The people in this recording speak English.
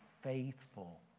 faithful